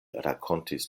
rakontis